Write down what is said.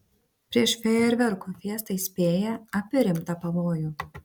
prieš fejerverkų fiestą įspėja apie rimtą pavojų